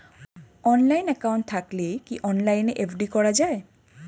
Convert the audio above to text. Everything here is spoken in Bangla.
অনলাইন একাউন্ট থাকলে কি অনলাইনে এফ.ডি করা যায়?